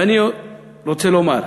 ואני רוצה לומר: